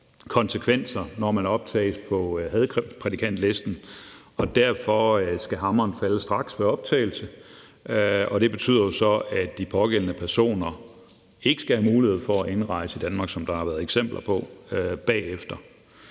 konsekvenser, når man optages på hadprædikantlisten, og derfor skal hammeren falde straks ved optagelse. Det betyder jo så, at de pågældende personer ikke skal have mulighed for at indrejse i Danmark bagefter, hvad der har været eksempler på.